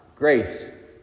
Grace